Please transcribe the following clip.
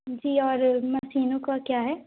जी और मशीनों का क्या है